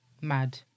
Mad